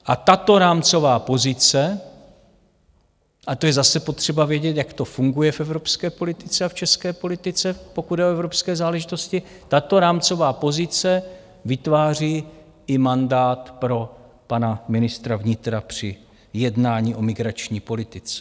A tato rámcová pozice a to je zase potřeba vědět, jak to funguje v evropské politice a v české politice, pokud jde o evropské záležitosti tato rámcová pozice vytváří i mandát pro pana ministra vnitra při jednání o migrační politice.